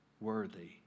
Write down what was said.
Worthy